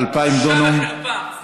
בושה וחרפה.